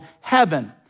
heaven